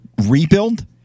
rebuild